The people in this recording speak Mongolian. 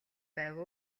байв